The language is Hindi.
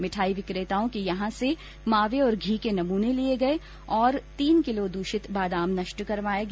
मिठाई विक्रेताओं के यहां से मावे और घी के नमूने लिए गए और तीन किलो दृषित बादाम नष्ट करवाया गया